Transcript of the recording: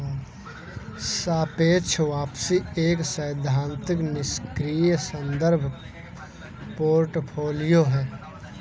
सापेक्ष वापसी एक सैद्धांतिक निष्क्रिय संदर्भ पोर्टफोलियो है